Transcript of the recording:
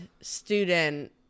student